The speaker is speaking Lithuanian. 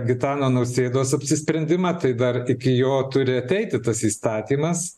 gitano nausėdos apsisprendimą tai dar iki jo turi ateiti tas įstatymas